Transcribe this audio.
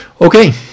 Okay